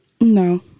No